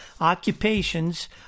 occupations